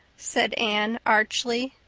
said anne archly.